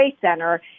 center